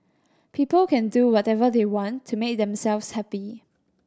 people can do whatever they want to make themselves happy